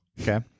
Okay